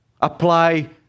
apply